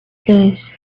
tres